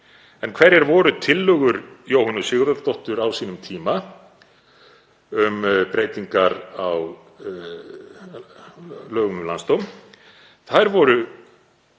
En hverjar voru tillögur Jóhönnu Sigurðardóttur á sínum tíma um breytingar á lögum um landsdóm? Þær voru